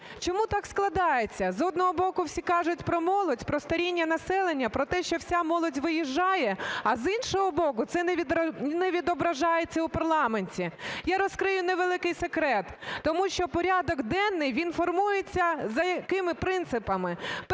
Чому так складається? З одного боку всі кажуть про молодь, про старіння населення, про те, що вся молодь виїжджає, а з іншого боку це не відображається у парламенті. Я розкрию невеликий секрет, тому що порядок денний, він формується за якими принципами?